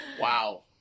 Wow